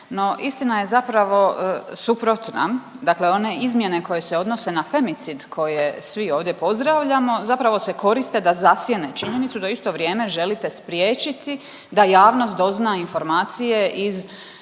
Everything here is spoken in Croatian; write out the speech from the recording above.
istina je zapravo suprotna. Dakle, one izmjene koje se odnose na femicid koje svi ovdje pozdravljamo zapravo se koriste da zasjene činjenicu da u isto vrijeme želite spriječiti da javnost dozna informacije iz